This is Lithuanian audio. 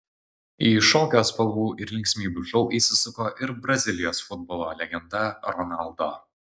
į šokio spalvų ir linksmybių šou įsisuko ir brazilijos futbolo legenda ronaldo